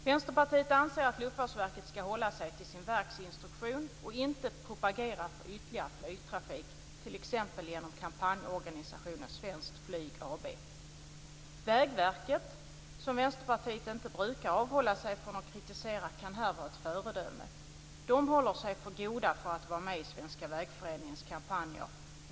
Vänsterpartiet anser att Luftfartsverket skall hålla sig till sin verksinstruktion och inte propagera för ytterligare flygtrafik, t.ex. genom kampanjorganisationen Svenskt Flyg AB. Vägverket, som Vänsterpartiet inte brukar avhålla sig från att kritisera, kan här vara ett föredöme. Det håller sig för gott för att vara med i Svenska Vägföreningens kampanjer.